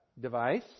device